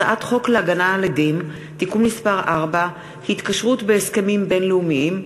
הצעת חוק להגנה על עדים (תיקון מס' 4) (התקשרות בהסכמים בין-לאומיים),